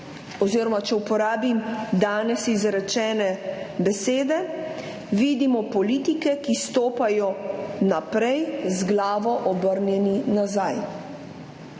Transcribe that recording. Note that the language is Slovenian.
Oziroma če uporabim danes izrečene besede: vidimo politike, ki stopajo naprej z glavo, obrnjeno nazaj.